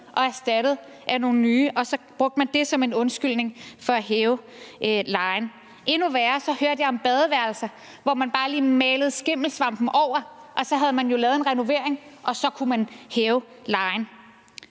og erstattet af nogle nye, og så brugte man det som en undskyldning for at hæve lejen. Endnu værre var det at høre om badeværelser, hvor man bare lige malede skimmelsvampen over, og så havde man jo lavet en renovering, og så kunne man hæve lejen.